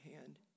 hand